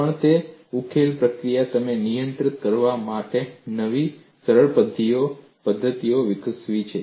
પણ તે ઉકેલ પ્રક્રિયા તમે નિયંત્રિત કરવા માટે નવી સરળ પદ્ધતિઓ વિકસાવી છે